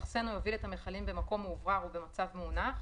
גז שאינו צרכן גזיאחסן או יוביל את המכלים במקום מאוורר ובמצב מאונך,